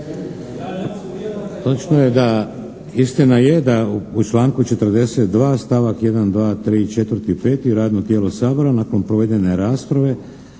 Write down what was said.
Točno je da, istina je da u članku 42. stavak 1., 2., 3., 4., 5. radno tijelo Sabora nakon provedene rasprave